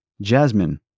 Jasmine